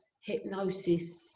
hypnosis